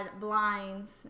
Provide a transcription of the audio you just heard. blinds